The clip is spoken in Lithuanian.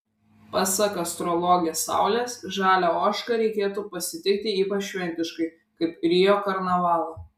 pasak astrologės saulės žalią ožką reikėtų pasitikti ypač šventiškai kaip rio karnavalą